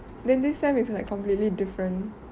then this sem is like completely different